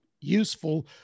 useful